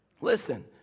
Listen